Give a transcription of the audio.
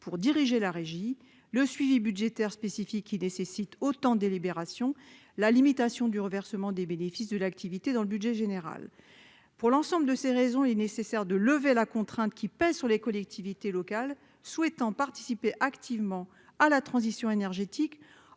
pour diriger la régie, le suivi budgétaire spécifique qui nécessite de nombreuses délibérations ou la limitation du reversement des bénéfices de l'activité dans le budget général. Pour l'ensemble de ces raisons, il est nécessaire de lever la contrainte qui pèse sur les collectivités locales souhaitant participer activement à la transition énergétique